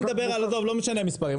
לא משנה המספרים.